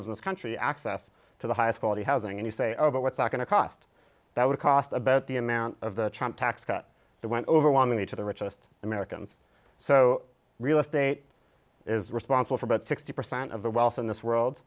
f this country access to the highest quality housing and you say oh but what's that going to cost that would cost about the amount of the tax cut they went overwhelmingly to the richest americans so real estate is responsible for about sixty percent of the wealth in this world